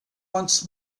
once